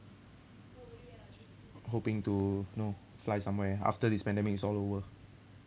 hoping to know fly somewhere after this pandemic is all over